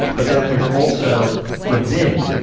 but then there's also the vin,